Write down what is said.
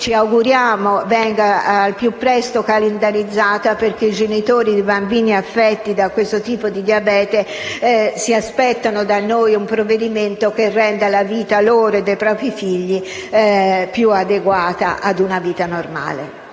ci auguriamo venga calendarizzata al più presto perché i genitori dei bambini affetti da questo tipo di diabete si aspettano da noi un provvedimento che renda la vita loro e dei propri figli più adeguata e normale.